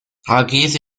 hargeysa